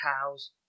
cows